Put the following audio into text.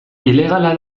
ilegala